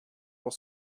pour